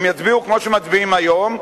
הם יצביעו כמו שמצביעים היום,